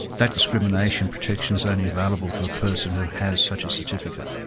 that discrimination protection's only available to a person who has such a certificate.